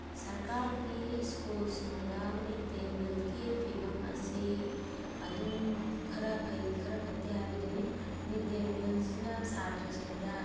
ꯁꯔꯀꯥꯔꯒꯤ ꯁ꯭ꯀꯨꯜꯁꯤꯡꯗ mid day ꯃꯤꯜꯒꯤ ꯐꯤꯕꯝ ꯑꯁꯤ ꯑꯗꯨꯝ ꯈꯔ ꯐꯩ ꯈꯔ ꯐꯠꯇꯦ ꯍꯥꯏꯕꯗꯨꯅꯤ ꯃꯤꯠ ꯗꯦ ꯃꯤꯜꯁꯤꯅ ꯁꯥꯠꯇ꯭ꯔꯁꯤꯡꯗ